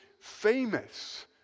famous